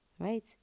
Right